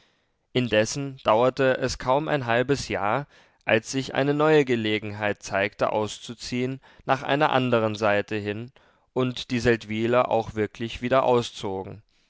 indessen dauerte es kaum ein halbes jahr als sich eine neue gelegenheit zeigte auszuziehen nach einer anderen seite hin und die seldwyler auch wirklich wieder auszogen